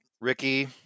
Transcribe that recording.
Ricky